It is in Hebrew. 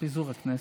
לפיזור הכנסת,